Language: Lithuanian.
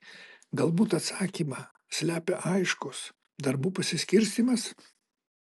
galbūt atsakymą slepia aiškus darbų pasiskirstymas